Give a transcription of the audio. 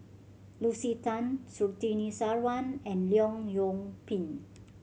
Lucy Tan Surtini Sarwan and Leong Yoon Pin